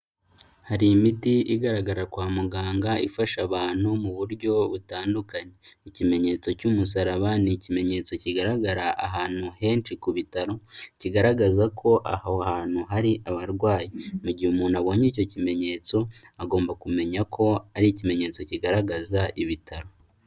Hari imiti igaragara kwa muganga ifasha abantu mu buryo butandukanye, ikimenyetso cy'umusaraba ni ikimenyetso kigaragara ahantu henshi ku bitaro, kigaragaza ko aho hantu hari abarwayi mu gihe umuntu abonye icyo kimenyetso agomba kumenya ko ari ikimenyetso kigaragaza ibitaro.